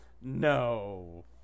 no